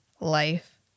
life